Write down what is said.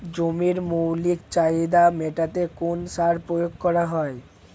জমির মৌলিক চাহিদা মেটাতে কোন সার প্রয়োগ করা হয়?